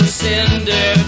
cinder